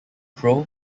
pro